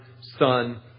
son